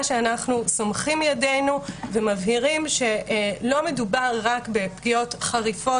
שאנחנו סומכים ידינו ומבהירים שלא מדובר רק בפגיעות חריפות,